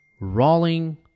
rolling